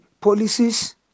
policies